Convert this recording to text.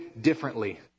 differently